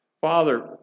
Father